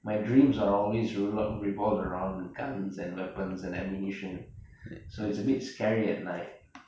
my dreams are always rev~ revolved around with guns and weapons and ammunition so it's a bit scary at night